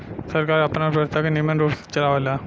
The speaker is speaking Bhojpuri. सरकार आपन अर्थव्यवस्था के निमन रूप से चलावेला